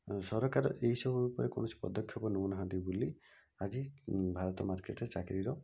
ସରକାର ଏହିସବୁ ଉପରେ କୌଣସି ପଦକ୍ଷେପ ନେଉନାହାଁନ୍ତି ବୋଲି ଆଜି ଭାରତ ମାର୍କେଟ୍ରେ ଚାକିରିର